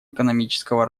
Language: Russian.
экономического